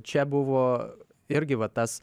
čia buvo irgi va tas